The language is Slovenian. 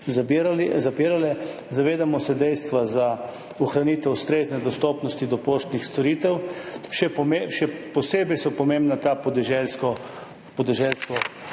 Zavedamo se dejstva za ohranitev ustrezne dostopnosti do poštnih storitev. Še posebej so pomembna podeželska